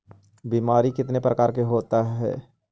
बीमारी कितने प्रकार के होते हैं?